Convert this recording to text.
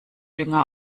dünger